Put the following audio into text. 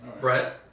Brett